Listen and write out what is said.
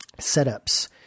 setups